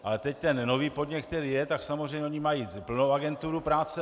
Ale teď ten nový podnět, který je, tak samozřejmě oni mají plnou agenturu práce.